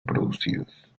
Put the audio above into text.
producidos